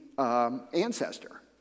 Ancestor